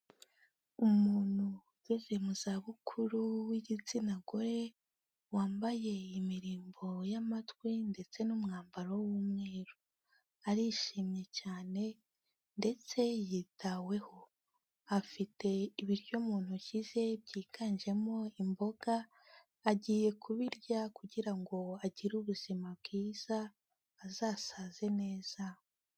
Umuntu ugeze mu za bukuru w'igitsina gore, wambaye imirimbo y'amatwi ndetse n'umwambaro w'umweru, arishimye cyane ndetse yitaweho, afite ibiryo mu ntoki ze byiganjemo imboga agiye kubirya kugira ngo agire ubuzima bwiza, azasaze neza.